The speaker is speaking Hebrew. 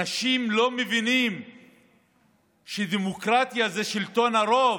אנשים לא מבינים שדמוקרטיה זה שלטון הרוב,